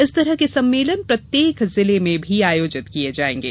इस तरह के सम्मेलन प्रत्येक जिले में भी आयोजित किये जायेंगे